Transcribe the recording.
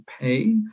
pay